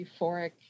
euphoric